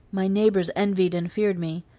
my neighbors envied and feared me.